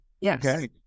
Yes